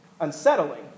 unsettling